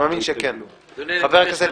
חבר הכנסת